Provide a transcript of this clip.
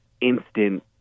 instant